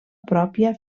pròpia